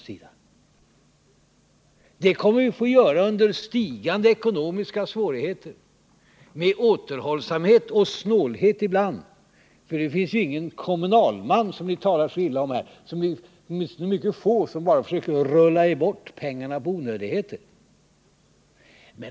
Vi kommer att få göra detta under stigande ekonomiska svårigheter, med återhållsamhet och ibland snålhet. Det är ju — även om ni ofta talar illa om kommunalmän — mycket få sådana som försöker rulla bort pengarna på onödigheter.